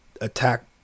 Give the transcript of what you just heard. attack